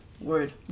Word